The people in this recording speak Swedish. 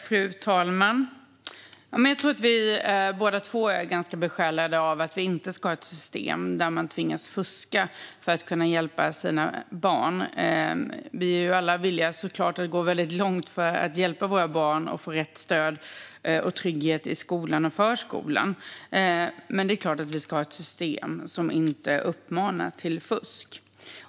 Fru talman! Jag tror att vi båda två är ganska besjälade av att vi inte ska ha ett system där man tvingas fuska för att kunna hjälpa sina barn. Vi är såklart alla villiga att gå väldigt långt för att hjälpa våra barn att få rätt trygghet och stöd i skola och förskola, men det är klart att vi inte ska ha ett system som uppmanar till fusk.